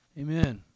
Amen